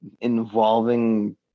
involving